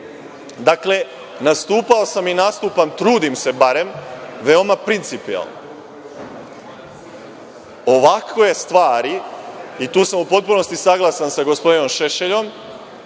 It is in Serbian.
nastupao sam i nastupam, trudim se barem, veoma principijelno. Ovakve stvari, i tu sam u potpunosti saglasan sa gospodinom Šešeljom,